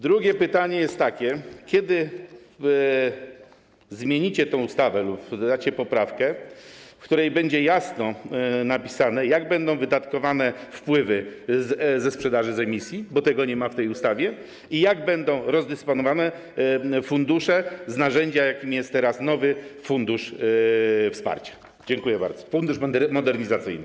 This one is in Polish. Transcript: Drugie pytanie jest takie: Kiedy zmienicie tę ustawę lub dodacie poprawkę, w której będzie jasno napisane, jak będą wydatkowane wpływy ze sprzedaży emisji, bo tego nie ma w tej ustawie, i jak będą rozdysponowane fundusze z narzędzia, jakim jest teraz nowy fundusz wsparcia, Fundusz Modernizacyjny?